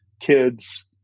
kids